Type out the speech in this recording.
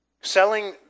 Selling